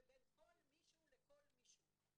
ובין כל מישהו לכל מישהו.